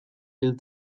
hil